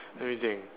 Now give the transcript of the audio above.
what do you think